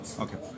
okay